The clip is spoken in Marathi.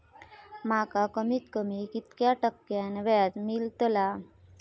माका कमीत कमी कितक्या टक्क्यान व्याज मेलतला?